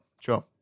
sure